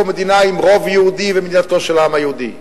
מדינה עם רוב יהודי במדינתו של העם היהודי,